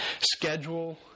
Schedule